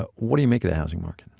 ah what do you make of the housing market?